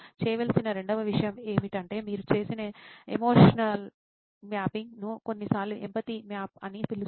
చేయవలసిన రెండవ విషయం ఏమిటంటే మీరు చేసిన ఎమోషనల్మ్యాపింగ్ను కొన్నిసార్లు ఎంపతి మ్యాప్ అని పిలుస్తారు